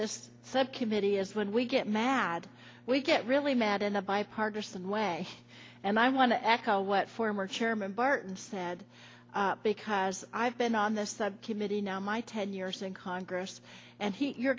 this subcommittee is when we get mad we get really mad in a bipartisan way and i want to echo what former chairman barton said because i've been on this subcommittee now my ten years in congress and he you're